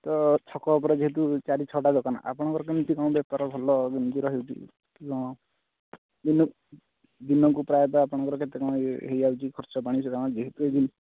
ତ ଛକ ଉପରେ ଯେହେତୁ ଚାରି ଛଅଟା ଦୋକାନ ଆପଣଙ୍କର କେମିତି କଣ ବେପାର ଭଲ କେମିତି ରହୁଛି କି କ'ଣ ଦିନକୁ ଦିନକୁ ପ୍ରାୟତଃ ଆପଣଙ୍କର କେତେ କ'ଣ ଇଏ ହେଇଯାଉଛି ଖର୍ଚ୍ଚପାଣି ଯେହେତୁ ଏଇଟା